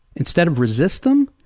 instead of resist them,